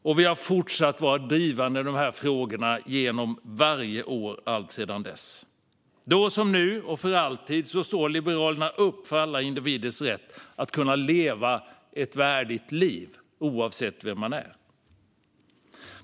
Och vi har fortsatt att vara drivande i dessa frågor genom åren. Då som nu och för alltid står Liberalerna upp för alla individers rätt att leva ett värdigt liv - oavsett vem man är.